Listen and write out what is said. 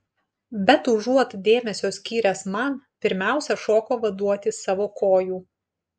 bet užuot dėmesio skyręs man pirmiausia šoko vaduoti savo kojų